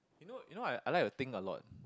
you know you know I I like to think a lot